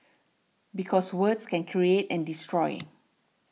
because words can create and destroy